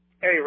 Hey